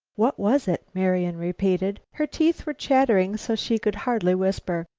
what was it? marian repeated. her teeth were chattering so she could hardly whisper.